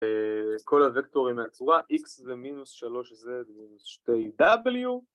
כל הוקטורים מהצורה x זה מינוס 3z זה מינוס 2w